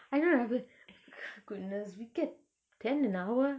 I don't have a goodness we get ten an hour